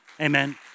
Amen